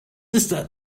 ist